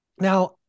Now